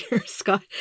Scott